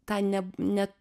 tą neb ne